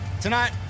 Tonight